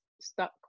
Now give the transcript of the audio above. stuck